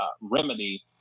remedy